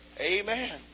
Amen